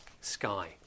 sky